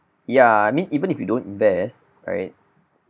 ya I mean even if you don't invest right